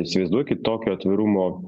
įsivaizduokit tokio atvirumo